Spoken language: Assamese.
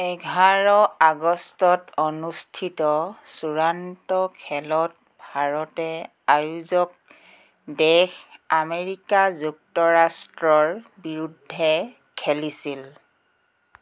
এঘাৰ আগষ্টত অনুষ্ঠিত চূড়ান্ত খেলত ভাৰতে আয়োজক দেশ আমেৰিকা যুক্তৰাষ্ট্ৰৰ বিৰুদ্ধে খেলিছিল